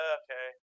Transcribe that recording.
okay